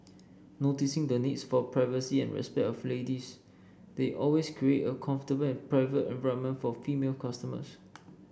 noticing the needs for privacy and respect of ladies they always create a comfortable and private environment for female customers